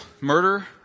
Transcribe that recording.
murder